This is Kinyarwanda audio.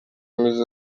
ameze